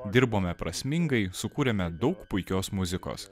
dirbome prasmingai sukūrėme daug puikios muzikos